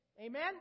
Amen